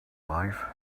life